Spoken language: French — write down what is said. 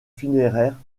funéraires